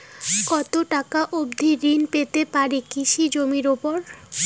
কত টাকা অবধি ঋণ পেতে পারি কৃষি জমির উপর?